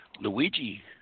Luigi